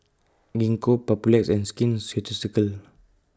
Gingko Papulex and Skin Ceuticals